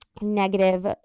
negative